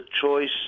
choice